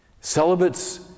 Celibates